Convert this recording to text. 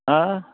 হাঁ